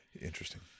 Interesting